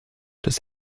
does